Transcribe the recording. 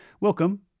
welcome